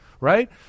right